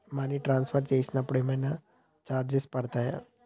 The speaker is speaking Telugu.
మనీ ట్రాన్స్ఫర్ చేసినప్పుడు ఏమైనా చార్జెస్ పడతయా?